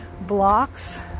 blocks